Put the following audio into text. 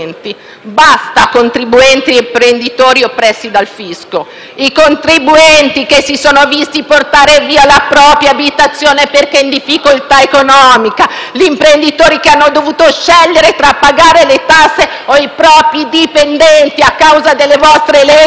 I contribuenti che si sono visti portare via la propria abitazione perché in difficoltà economica; gli imprenditori che hanno dovuto scegliere tra pagare le tasse o i propri dipendenti a causa delle vostre leggi non dovranno più esistere.